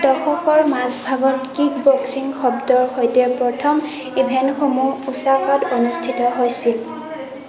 দশকৰ মাজভাগত কিকবক্সিং শব্দৰ সৈতে প্ৰথম ইভেণ্টসমূহ ওছাকাত অনুষ্ঠিত হৈছিল